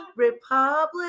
Republic